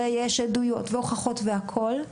יש עדויות והוכחות והכול,